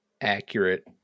accurate